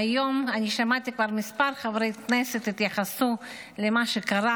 היום אני שמעתי כבר מספר חברי כנסת שהתייחסו למה שקרה.